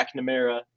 McNamara